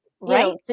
right